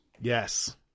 Yes